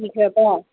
ꯁꯤꯈ꯭ꯔꯕ